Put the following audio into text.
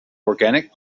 organic